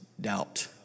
doubt